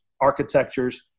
architectures